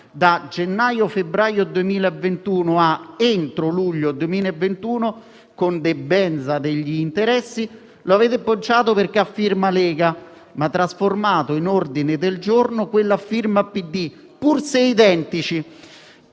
da gennaio-febbraio 2021 a entro luglio 2021, con debenza degli interessi, lo avete bocciato perché a firma Lega, ma trasformato in ordine del giorno quello a firma del Partito